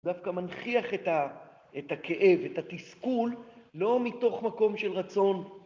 דווקא מנחיח את הכאב, את התסכול, לא מתוך מקום של רצון.